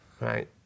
Right